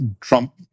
Trump—